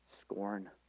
scorn